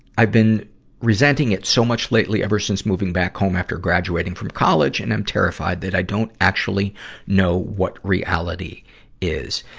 i've been resenting it so much lately ever since moving back home after graduating from college and am terrified that i don't actually know what reality is.